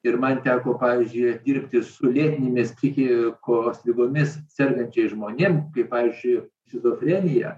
ir man teko pavyzdžiui dirbti su vietinėmis psichikos ligomis sergančiais žmonėm kaip pavyzdžiui skizofrenija